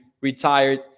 retired